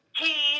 hey